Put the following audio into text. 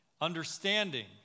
understanding